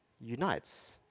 unites